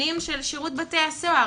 הנתונים של שירות בתי הסוהר: